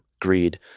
greed